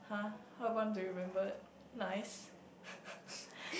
!huh! how I want to remembered nice